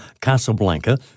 Casablanca